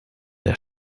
der